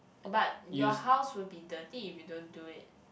but your house would be dirty if you don't do it